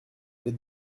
les